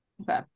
Okay